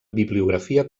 bibliografia